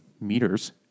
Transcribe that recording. meters